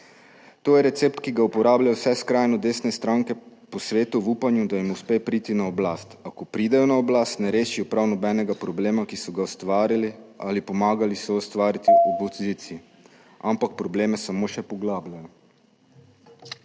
To je recept, ki ga uporabljajo vse skrajno desne stranke po svetu v upanju, da jim uspe priti na oblast. A ko pridejo na oblast, ne rešijo prav nobenega problema, ki so ga ustvarili ali pomagali soustvariti v opoziciji, ampak probleme samo še poglabljajo.